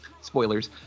spoilers